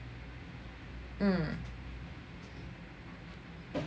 mm